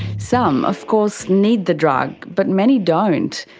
some of course need the drug, but many don't.